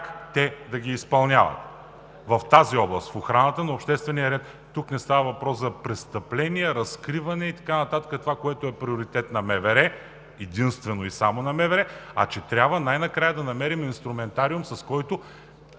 как те да ги изпълняват в тази област – в охраната на обществения ред? Тук не става въпрос за престъпления, разкриване и така нататък – това, което е приоритет единствено и само на МВР, а че трябва най-накрая да намерим инструментариум, с който